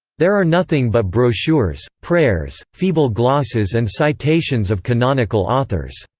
there are nothing but brochures, prayers, feeble glosses and citations of canonical authors.